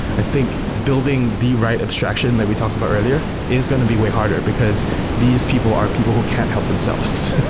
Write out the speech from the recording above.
i think building the right abstraction, like we talked about earlier, is going to be way harder, because these people are people who can't help themselves.